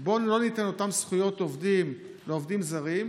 בואו לא ניתן אותן זכויות עובדים לעובדים זרים,